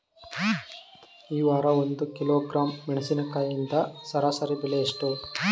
ಈ ವಾರ ಒಂದು ಕಿಲೋಗ್ರಾಂ ಮೆಣಸಿನಕಾಯಿಯ ಸರಾಸರಿ ಬೆಲೆ ಎಷ್ಟು?